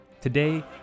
Today